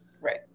right